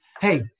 hey